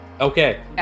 okay